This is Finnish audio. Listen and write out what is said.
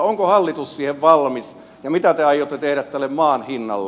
onko hallitus siihen valmis ja mitä te aiotte tehdä tälle maan hinnalle